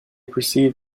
perceived